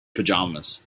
pajamas